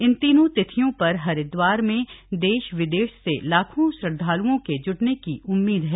इन तीनों तिथियों पर हरिद्वार में देश विदेश से लाखों श्रद्वाल्ओं के जूटने की उम्मीद है